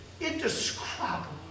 indescribable